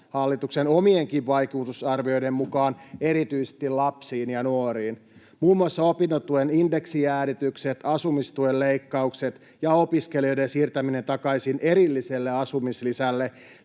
hallituksen omienkin vaikutusarvioiden mukaan erityisesti lapsiin ja nuoriin. Muun muassa opintotuen indeksijäädytykset, asumistuen leikkaukset ja opiskelijoiden siirtäminen takaisin erilliselle asumislisälle